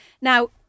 Now